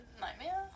nightmare